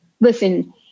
listen